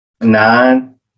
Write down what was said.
Nine